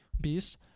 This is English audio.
Beast